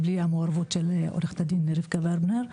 בלי המעורבות של עו"ד רבקה ברגנר,